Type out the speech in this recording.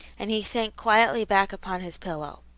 and he sank quietly back upon his pillow.